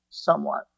somewhat